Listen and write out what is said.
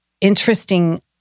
interesting